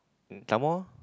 some more